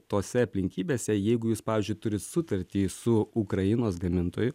tose aplinkybėse jeigu jūs pavyzdžiui turi sutartį su ukrainos gamintoju